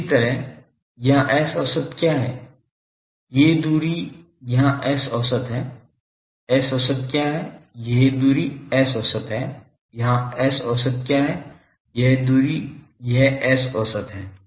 इसी तरह यहाँ S औसत क्या है ये दूरी यहाँ S औसत है S औसत क्या है यह दूरी S औसत है यहाँ S औसत क्या है यह दूरी यह S औसत है